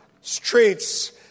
streets